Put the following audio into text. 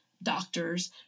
doctors